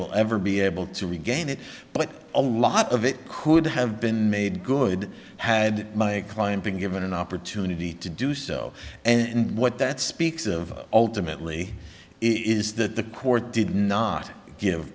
will ever be able to regain it but a lot of it could have been made good had my client been given an opportunity to do so and what that speaks of ultimately is that the court did not give